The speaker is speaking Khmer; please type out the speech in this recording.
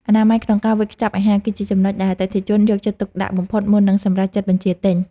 អនាម័យក្នុងការវេចខ្ចប់អាហារ គឺជាចំណុចដែលអតិថិជនយកចិត្តទុកដាក់បំផុតមុននឹងសម្រេចចិត្តបញ្ជាទិញ។